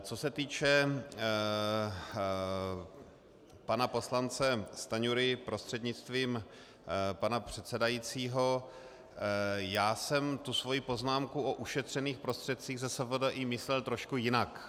Co se týče pana poslance Stanjury prostřednictvím pana předsedajícího, já jsem tu svoji poznámku o ušetřených prostředcích ze SFDI myslel trošku jinak.